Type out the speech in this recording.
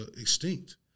extinct